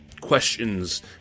questions